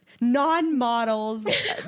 non-models